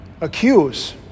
accuse